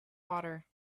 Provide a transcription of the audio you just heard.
water